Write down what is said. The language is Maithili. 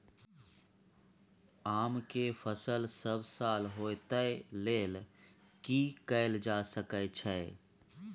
आम के फसल सब साल होय तै लेल की कैल जा सकै छै?